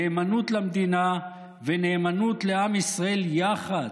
נאמנות למדינה ונאמנות לעם ישראל יחד.